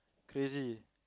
crazy